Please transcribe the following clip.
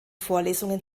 vorlesungen